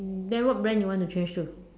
then what brand you want to change to